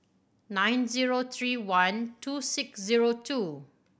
nine zero three one two six zero two